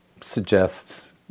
suggests